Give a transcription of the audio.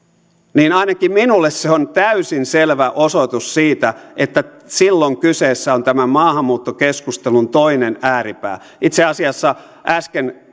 niin ainakin minulle se on täysin selvä osoitus siitä että silloin kyseessä on tämän maahanmuuttokeskustelun toinen ääripää itse asiassa äsken